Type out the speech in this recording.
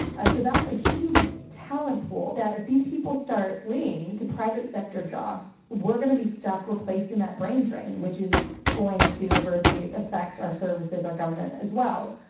so that's a huge talent pool that if these people start fleeing to private sector jobs, we're gonna be stuck replacing that brain drain, which is going to adversely affect our services, our government, as well.